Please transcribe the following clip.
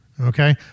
Okay